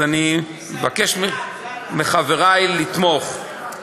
אז אני מבקש מחברי לתמוך.